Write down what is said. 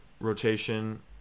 rotation